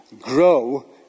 grow